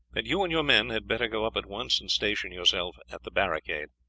that you and your men had better go up at once and station yourselves at the barricade.